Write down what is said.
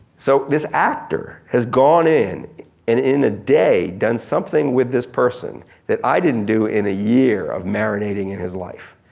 so this actor has gone in and in a day done something with this person that i didn't do in a year of marinating in his life.